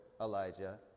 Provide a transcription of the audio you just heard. Elijah